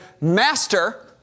Master